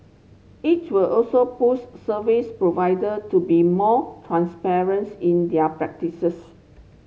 it will also push service provider to be more transparents in their practices